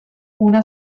una